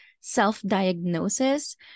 self-diagnosis